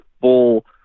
full